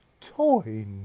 Toy